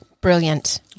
brilliant